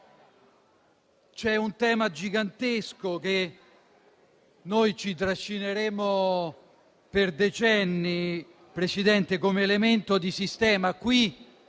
c'è un tema gigantesco che ci trascineremo per decenni come elemento di sistema.